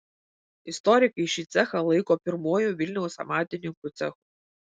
istorikai šį cechą laiko pirmuoju vilniaus amatininkų cechu